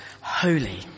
holy